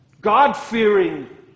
God-fearing